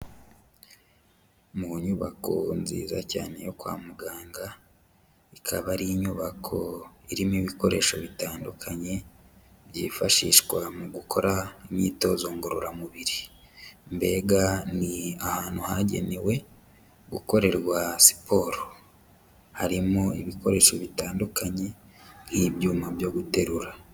Mu nyubako nziza cyane yo kwa muganga, ikaba ari inyubako irimo ibikoresho bitandukanye byifashishwa mu gukora imyitozo ngororamubiri, mbega ni ahantu hagenewe gukorerwa siporo, harimo ibikoresho bitandukanye nk'ibyuma byo guterura.